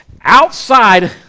Outside